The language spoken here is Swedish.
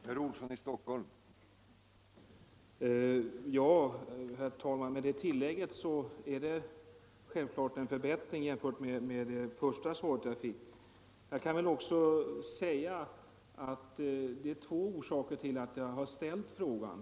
Herr talman! Ja, det tillägget är självfallet en förbättring jämfört med det första svar som jag fick. Det är två orsaker till att jag har ställt frågan.